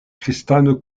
kristano